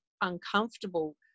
uncomfortable